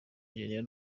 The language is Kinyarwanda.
nigeria